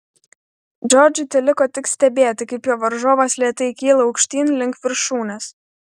džordžui teliko tik stebėti kaip jo varžovas lėtai kyla aukštyn link viršūnės